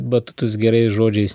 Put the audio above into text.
batutus gerais žodžiais